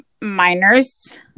minors